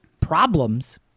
problems